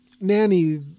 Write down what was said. nanny